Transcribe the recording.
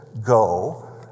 go